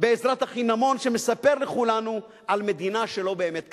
בעזרת החינמון שמספר לכולנו על מדינה שלא באמת קיימת.